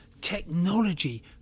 technology